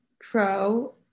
pro